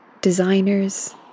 designers